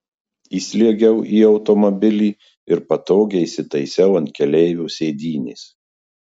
įsliuogiau į automobilį ir patogiai įsitaisiau ant keleivio sėdynės